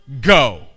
go